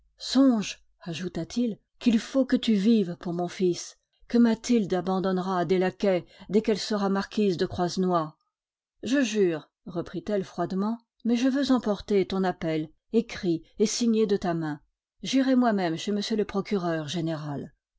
songe ajouta-t-il qu'il faut que tu vives pour mon fils que mathilde abandonnera à des laquais dès qu'elle sera marquise de croisenois je jure reprit-elle froidement mais je veux emporter ton appel écrit et signé de ta main j'irai moi-même chez m le procureur général